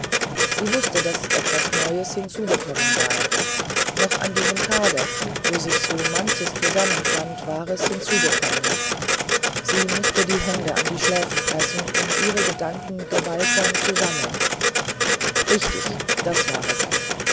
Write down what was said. sie wußte daß etwas neues hinzugekommen sei noch an diesem tage wo sich so manches zusammenfand war es hinzugekommen sie mußte die hände an die schläfen pressen um ihre gedanken gewaltsam zu sammeln richtig da war es